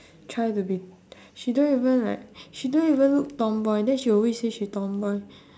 try to be she don't even like she don't even look tomboy then she always say she tomboy